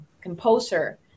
composer